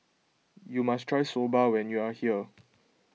you must try Soba when you are here